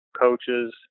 coaches